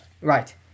Right